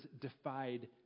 defied